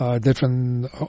Different